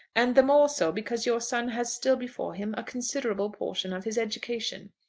and the more so because your son has still before him a considerable portion of his education.